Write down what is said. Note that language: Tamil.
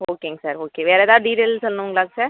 ஓகேங்க சார் ஓகே வேறு எதாவது டீட்டெயில்ஸ் சொல்லணுங்களா சார்